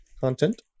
content